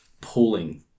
pulling